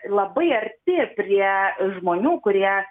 labai arti prie žmonių kurie